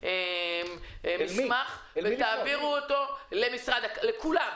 מסמך אותו תעבירו אותו לכולם,